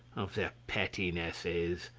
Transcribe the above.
of their pettinesses,